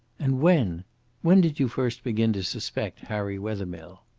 and when when did you first begin to suspect harry wethermill?